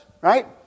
right